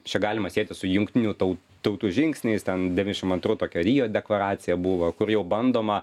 čia galima sieti su jungtinių tau tautų žingsniais ten devyniasdešim antrų tokia rio deklaracija buvo kur jau bandoma